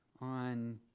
on